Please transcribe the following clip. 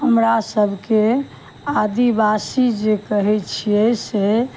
हमरा सबके आदिवासी जे कहै छियै से